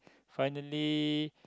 finally